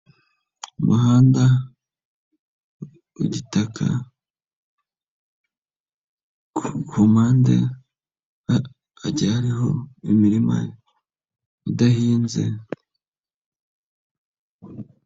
Umuhanda w'igitaka, ku kumpande hagiye hariho imirima idahinnze.